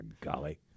golly